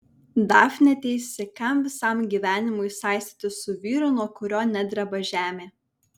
dafnė teisi kam visam gyvenimui saistytis su vyru nuo kurio nedreba žemė